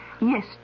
Yes